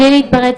קיבלנו.